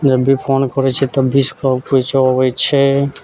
जब भी भी फोन करै छियै तब भी सब किछो अबै छै